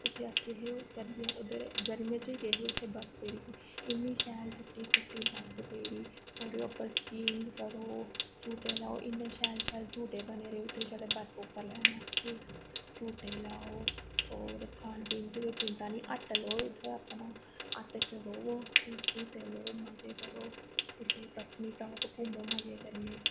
उत्थें अस गे हे सर्दियें च गै गर्मियें च गे हे उत्थें बर्फ पेदी ही इन्नी शैल चिट्टी चिट्टी बरफ पेदी होर ओह्दे उप्पर स्कींग करो झूटे लैओ इन्ने शैल शैल झूटे बने दे उत्थें छड़े बर्फ उप्पर लैन आस्तै झूटे लैओ होर खान पीन दी कोई चिंता निं हट्ट लैओ उत्थै अपना ते हट्ट च रवो ते झूटे लैओ मजे करो उत्थें पत्नीटॉप घूमो मजे कन्नै